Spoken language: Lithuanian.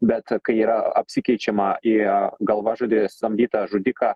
bet kai yra apsikeičiama į galvažudį samdytą žudiką